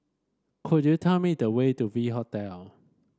could you tell me the way to V Hotel